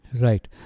Right